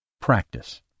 Practice